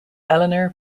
eleanor